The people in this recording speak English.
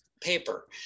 paper